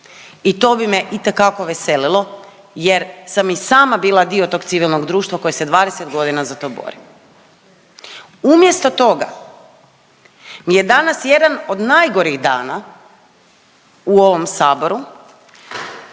I to bi me itekako veselilo jer sam i sama bila dio tog civilnog društva koje se 20 godina za to bori. Umjesto toga mi je danas jedan od najgorih dana u ovom saboru